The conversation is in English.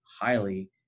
highly